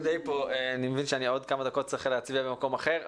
אני מבין שבעוד כמה דקות אני צריך להצביע במקום אחר,